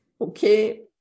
Okay